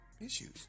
issues